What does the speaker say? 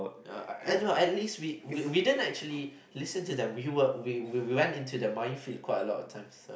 uh at least we we didn't actually listen to them we were we we went into the minefield quite a lot of times